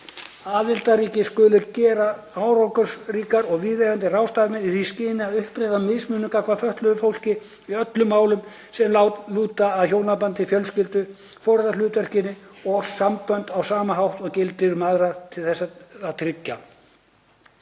Aðildarríkin skulu gera árangursríkar og viðeigandi ráðstafanir í því skyni að uppræta mismunun gagnvart fötluðu fólki í öllum málum sem lúta að hjónabandi, fjölskyldu, foreldrahlutverki og samböndum, á sama hátt og gildir um aðra, til þess að tryggja